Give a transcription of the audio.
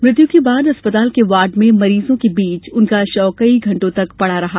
मृत्यु के बाद अस्पताल के वार्ड में मरीजों के बीच उनका शव कई घंटों तक पड़ा रहा